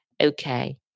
Okay